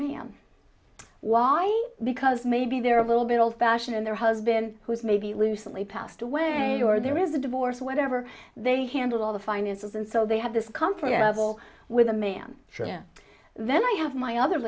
on why because maybe they're a little bit old fashioned in their husband who's maybe loosely passed away or there is a divorce whatever they handle all the finances and so they have this comfort level with i'm am sure then i have my other